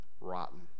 rotten